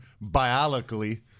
biologically